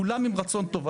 כולם עם רצון טוב.